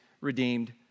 redeemed